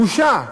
בושה,